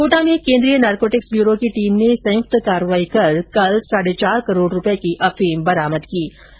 कोटा में कोन्द्रीय narcotics bureau की टीम ने संयुक्त कार्रवाई करते हुए कल साढे चार करोड रूपये की अफीम बरामद की है